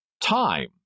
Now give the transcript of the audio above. time